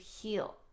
heal